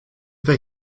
they